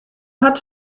hat